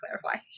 clarify